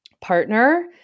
partner